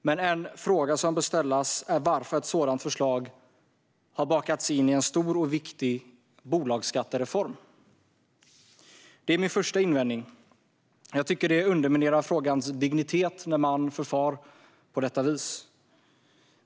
Men en fråga som bör ställas är varför ett sådant förslag har bakats in i en stor och viktig bolagsskattereform. Det är min första invändning. Jag tycker att det underminerar frågans dignitet när man förfar på detta vis.